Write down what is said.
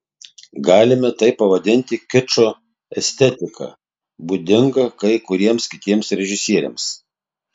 galime tai pavadinti kičo estetika būdinga kai kuriems kitiems režisieriams